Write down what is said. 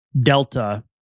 Delta